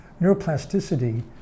Neuroplasticity